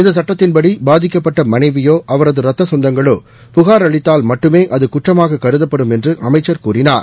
இந்த சுட்டத்தின்படி பாதிக்கப்பட்ட மனைவியோ அவரது ரத்த சொந்தங்களோ புகார் அளித்தால் மட்டுமே அது குற்றமாக கருதப்படும் என்று அமைச்சர் கூறினார்